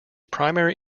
primary